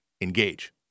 engage